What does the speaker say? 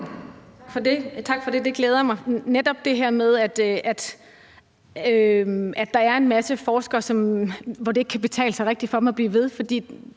Tak for det. Det glæder mig – netop på grund af det her med, at der er en masse forskere, som det ikke rigtig kan betale sig for at blive ved